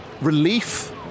relief